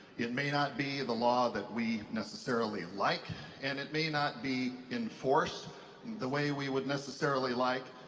it may not be the law that we necessarily like and it may not be enforced the way we would necessarily like,